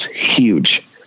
huge